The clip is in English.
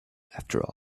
after